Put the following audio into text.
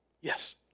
Yes